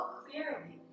clearly